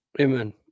Amen